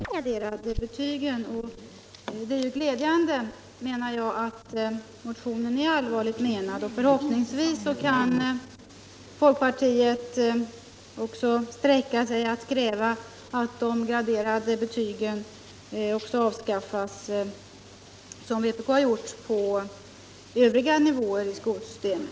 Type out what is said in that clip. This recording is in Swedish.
Herr talman! Att jag tvekade om folkpartimotionen var allvarligt menad var för att vpk fick yrka bifall till motionen och även anmäla reservation. Det är väl osäkert om något bifall alls hade yrkats om inte vpk hade gjort det. Men fru Frenkel har talat mycket väl och argumenterat för att man skall ta bort de graderade betygen, och jag menar att det är väldigt glädjande att motionen är allvarligt menad. Förhoppningsvis kan folkpartiet också sträcka sig till att kräva att de graderade betygen avskaffas — vilket vpk gjort — även på övriga nivåer i skolsystemet.